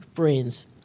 Friends